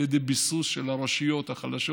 על ידי ביסוס של הרשויות החלשות.